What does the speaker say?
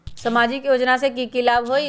सामाजिक योजना से की की लाभ होई?